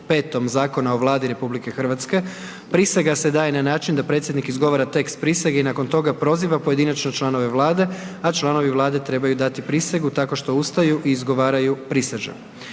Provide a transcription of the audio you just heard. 5. zakon o Vladi RH, prisega se daje na način da predsjednik izgovara tekst prisege i nakon toga proziva pojedinačno članove Vlade a članovi Vlade trebaju dati prisegu tako što ustaju i izgovaraju „prisežem.“